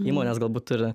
įmonės galbūt turi